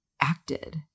acted